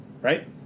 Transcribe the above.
right